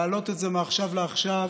להעלות את זה מעכשיו לעכשיו.